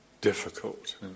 difficult